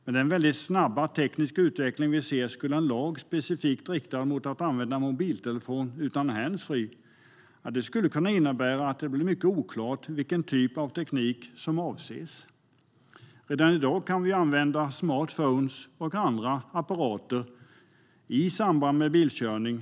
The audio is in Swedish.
Med den väldigt snabba tekniska utveckling vi ser skulle en lag specifikt riktad mot att använda mobiltelefon utan handsfree kunna innebära att det blir mycket oklart vilken typ av teknik som avses. Redan i dag kan vi använda smartphones och andra apparater i samband med bilkörning.